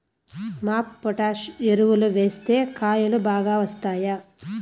MOP potash ఎరువులు వేస్తే కాయలు బాగా వస్తాయా?